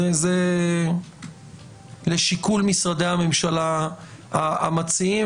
זה לשיקול משרדי הממשלה המציעים,